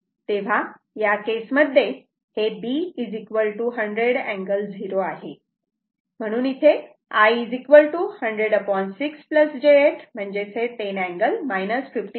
तेव्हा या केसमध्ये हे b 100 अँगल 0 आहे म्हणून इथे I 100 6 j 8 10 अँगल 53